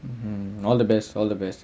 um all the best all of best